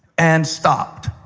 and stopped.